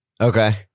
Okay